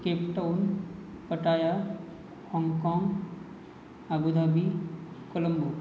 Cape Town Pattaya हाँगकाँग Abu Dhabi Colombo